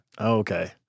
okay